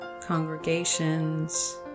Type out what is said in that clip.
congregations